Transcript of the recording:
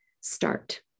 start